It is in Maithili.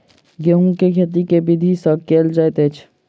गेंहूँ केँ खेती केँ विधि सँ केल जाइत अछि?